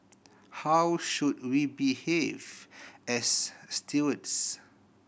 how should we behave as stewards